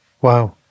Wow